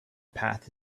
path